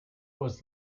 was